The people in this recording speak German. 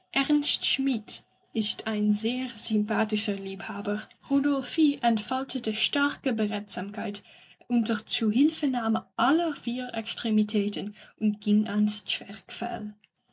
schmidt ist ein sehr sympathischer liebhaber rudolphie entfaltete starke beredsamkeit unter zuhilfenahme aller vier extremitäten und ging ans